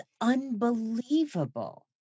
unbelievable